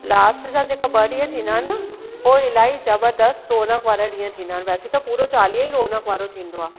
last जा जेका ॿ ॾींहं थींदा आहिनि न हुओ इलाही जबरदस्तु सुहिणा वारा ॾींहं थींदा आहिनि वैसे त पूरो चालीहो ई रौनकु वारो थींदो आहे